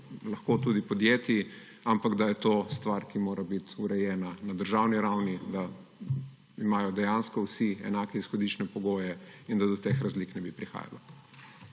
lahko tudi podjetij, ampak da je to stvar, ki mora biti urejena na državni ravni, da imajo dejansko vsi enake izhodiščne pogoje, da do teh razlik ne bi prihajalo.